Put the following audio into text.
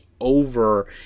over